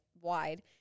wide